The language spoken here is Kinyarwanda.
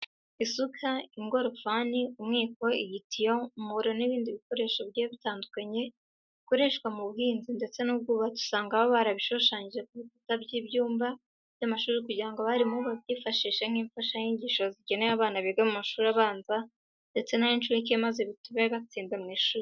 Isuka, ingorofani, umwiko, igitiyo, umuhoro n'ibindi bikoresho bigiye bitandukanye bikoreshwa mu buhinzi ndetse n'ubwubatsi usanga baba barabishushanyije ku bikuta by'ibyumba by'amashuri kugira ngo abarimu babyifashishe nk'imfashanyigisho zigenewe abana biga mu mashuri abanze ndetse n'ay'incuke maze bitume batsinda mu ishuri.